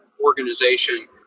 organization